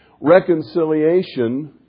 reconciliation